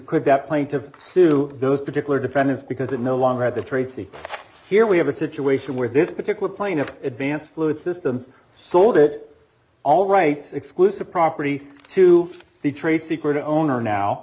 could that plaintive sue those particular defendants because it no longer had the tracy here we have a situation where this particular plane of advanced fluid systems sold it all right exclusive property to the trade secret owner now